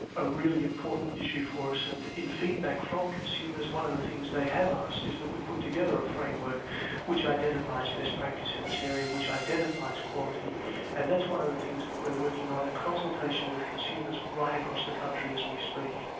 a really important issue for so and in feedback from consumers one of the things they have asked is that we put together a framework which identifies best practice in this area which identifies quality and that's one of the things that we're working on in consultation with consumers right across the country as we speak.